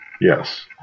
Yes